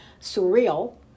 surreal